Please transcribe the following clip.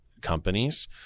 companies